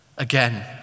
Again